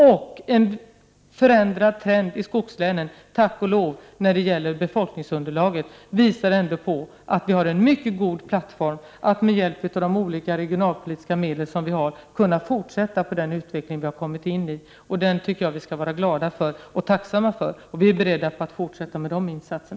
Och trenden i skogslänen när det gäller befolkningsunderlaget har tack och lov förändrats. Detta visar att vi har en mycket god plattform för att med hjälp av de olika regionalpolitiska medlen fortsätta den utveckling vi har påbörjat. Den skall vi vara glada och tacksamma över, och vi är beredda att fortsätta att göra dessa insatser.